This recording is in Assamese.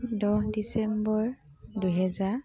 দহ ডিচেম্বৰ দুহেজাৰ